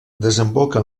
desemboca